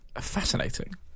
fascinating